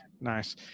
nice